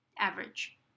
average